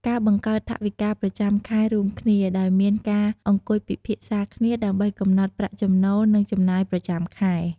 ការបង្កើតថវិកាប្រចាំខែរួមគ្នា ដោយមានការអង្គុយពិភាក្សាគ្នាដើម្បីកំណត់ប្រាក់ចំណូល និងចំណាយប្រចាំខែ។